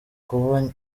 kuba